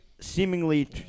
seemingly